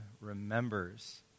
remembers